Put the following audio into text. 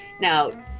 Now